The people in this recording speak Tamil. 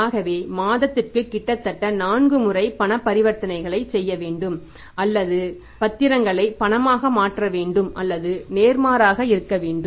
ஆகவே மாதத்திற்கு கிட்டத்தட்ட 4 முறை பண பரிவர்த்தனைகளைச் செய்ய வேண்டும் அல்லது பத்திரங்களை பணமாக மாற்ற வேண்டும் அல்லது நேர்மாறாக இருக்க வேண்டும்